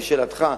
לשאלתך,